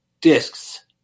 discs